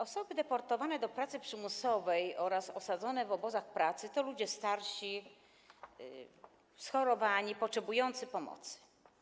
Osoby deportowane do pracy przymusowej oraz osadzone w obozach pracy to ludzie starsi, schorowani, potrzebujący pomocy.